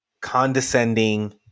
condescending